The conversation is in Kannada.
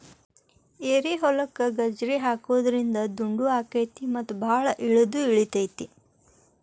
ಏರಿಹೊಲಕ್ಕ ಗಜ್ರಿ ಹಾಕುದ್ರಿಂದ ದುಂಡು ಅಕೈತಿ ಮತ್ತ ಬಾಳ ಇಳದು ಇಳಿತೈತಿ